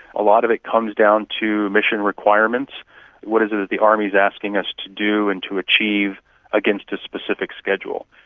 a lot of it comes down to mission requirements what is it that the army's asking us to do and to achieve against a specific schedule.